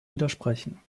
widersprechen